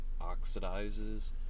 oxidizes